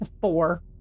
four